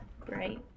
great